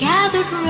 Gathered